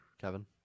Kevin